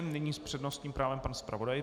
Nyní s přednostním právem pan zpravodaj.